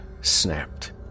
snapped